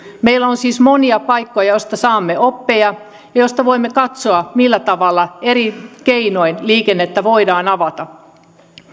meillä on siis monia paikkoja joista saamme oppeja ja joista voimme katsoa millä tavalla eri keinoin liikennettä voidaan avata